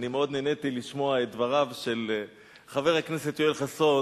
אני מאוד נהניתי לשמוע את דבריו של חבר הכנסת יואל חסון,